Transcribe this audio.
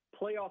playoff